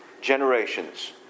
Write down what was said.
generations